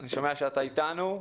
אני שמח שאתה איתנו.